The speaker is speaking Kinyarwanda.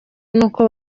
nuko